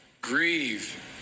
grieve